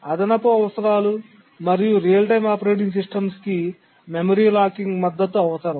అదనపు అవసరాలు మరియు రియల్ టైమ్ ఆపరేటింగ్ సిస్టమ్స్ కి మెమరీ లాకింగ్ మద్దతు అవసరం